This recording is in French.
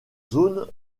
zone